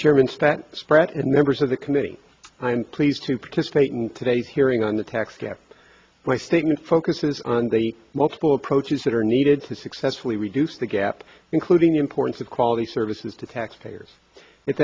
chairman specter spratt and members of the committee i'm pleased to participate in today's hearing on the tax gap my statement focuses on the multiple approaches that are needed to successfully reduce the gap including the importance of quality services to taxpayers it